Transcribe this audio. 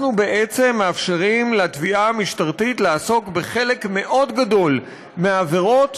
אנחנו בעצם מאפשרים לתביעה המשטרתית לעסוק בחלק מאוד גדול מהעבירות